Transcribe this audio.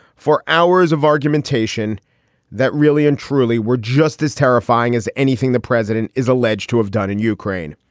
four hours of argumentation that really and truly were just as terrifying as anything the president is alleged to have done in ukraine.